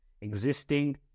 existing